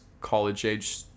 college-age